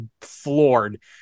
floored